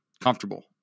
comfortable